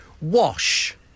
Wash